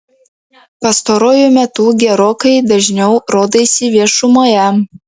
pastaruoju metu gerokai dažniau rodaisi viešumoje